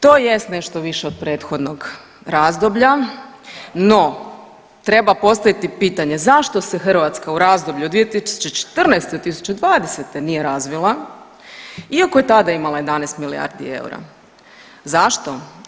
To jest nešto više od prethodnog razdoblja, no treba postaviti pitanje zašto se Hrvatska u razdoblju od 2014. do 2020. nije razvila iako je tada imala 11 milijardi eura, zašto?